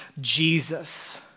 Jesus